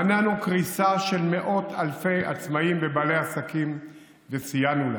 מנענו קריסה של מאות אלפי עצמאים ובעלי עסקים וסייענו להם.